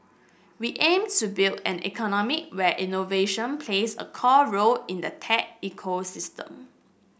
we aim to build an economy where innovation plays a core role in the tech ecosystem